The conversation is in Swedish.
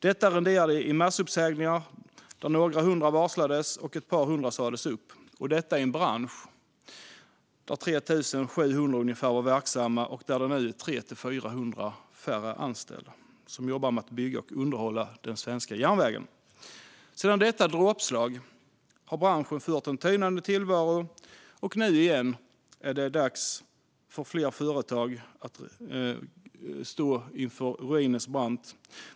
Detta resulterade i massuppsägningar, där några hundra varslades och ett par hundra sas upp - detta i en bransch där tidigare 3 700 var verksamma och det nu är 300-400 färre anställda som jobbar med att bygga och underhålla den svenska järnvägen. Sedan detta dråpslag har branschen fört en tynande tillvaro. Nu är det återigen flera företag som står vid ruinens brant.